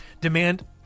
Demand